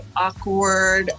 awkward